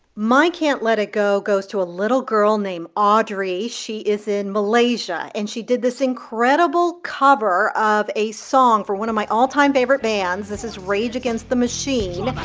my can't let it go goes to a little girl named audrey. she is in malaysia, and she did this incredible cover of a song from one of my all-time favorite bands. this is rage against the machine.